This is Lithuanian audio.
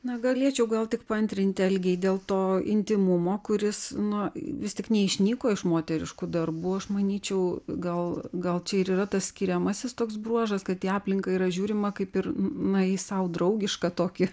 na galėčiau gal tik paantrinti algei dėl to intymumo kuris nu vis tik neišnyko iš moteriškų darbų aš manyčiau gal gal čia ir yra tas skiriamasis toks bruožas kad į aplinką yra žiūrima kaip ir na į sau draugišką tokį